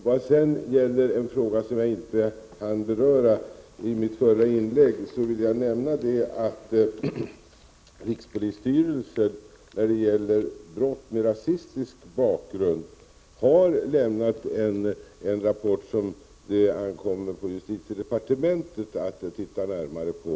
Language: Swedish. Vad sedan gäller en fråga som jag inte hann beröra i mitt förra inlägg vill jag nämna att rikspolisstyrelsen när det gäller brott med rasistisk bakgrund har lämnat en rapport som det ankommer på justitiedepartementet att titta närmare på.